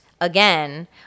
again